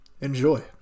enjoy